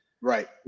right